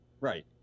Right